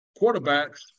quarterbacks